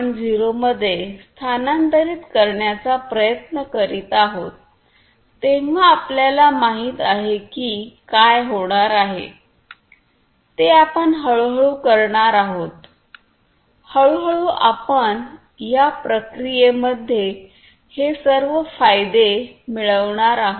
0 मध्ये स्थानांतरित करण्याचा प्रयत्न करीत आहोत तेव्हा आपल्याला माहित आहे की काय होणार आहे ते आपण हळूहळू करणार आहोत हळूहळू आपण प्रक्रियेमध्ये हे सर्व फायदे मिळवणार आहोत